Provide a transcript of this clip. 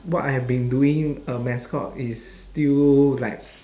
what I've been doing a mascot is still like